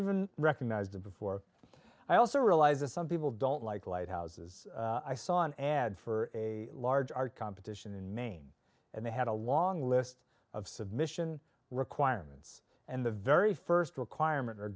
even recognized it before i also realize that some people don't like lighthouses i saw an ad for a large art competition in maine and they had a long list of submission requirements and the very first requirement or